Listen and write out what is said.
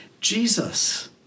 Jesus